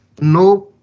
No